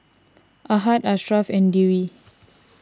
Ahad Ashraff and Dewi